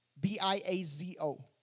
B-I-A-Z-O